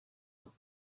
urugo